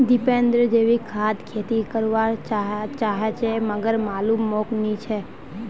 दीपेंद्र जैविक खाद खेती कर वा चहाचे मगर मालूम मोक नी छे